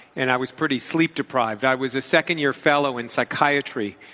and i was pretty sleep deprived. i was a second-year fellow in psychiatry.